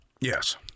Yes